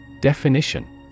Definition